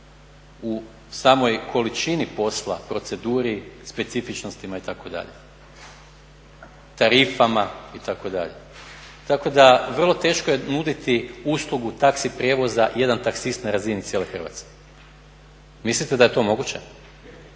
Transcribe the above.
U samoj količini posla, proceduri, specifičnostima itd., tarifama itd. Tako da vrlo teško je nuditi uslugu taxi prijevoza, jedan taksist na razini cijele Hrvatske. Mislite da je to moguće?